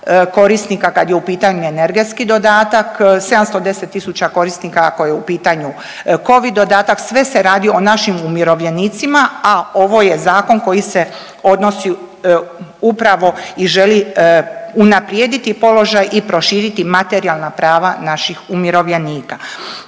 korisnika kad je u pitanju energetski dodatak, 710.000 korisnika ako je u pitanju Covid dodatak, sve se radi o našim umirovljenicima, a ovo je zakon koji se odnosi upravo i želi unaprijediti položaj i proširiti materijalna prva naših umirovljenika